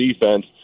defense